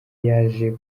yaje